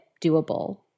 doable